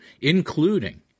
including